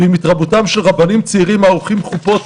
והתרבותם של רבנים צעירים העורכים חופות